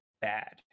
bad